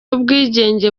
ubwigenge